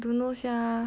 don't know sia